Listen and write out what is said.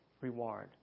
reward